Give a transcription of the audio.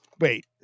Wait